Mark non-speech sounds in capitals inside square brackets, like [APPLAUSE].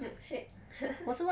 milk shake [LAUGHS]